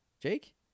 Jake